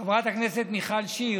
ובעיניי זאת אמירה: